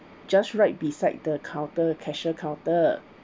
just right beside the counter cashier counter